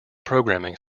programming